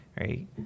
Right